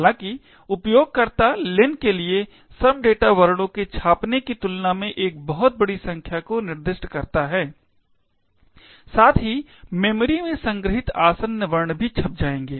हालाँकि उपयोगकर्ता len के लिए some data वर्णों के छापने कि तुलना में एक बहुत बड़ी संख्या को निर्दिष्ट करता है साथ ही मेमोरी में संग्रहीत आसन्न वर्ण भी छप जाएंगे